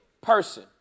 person